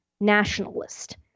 nationalist